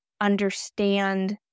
understand